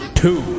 two